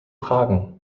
fragen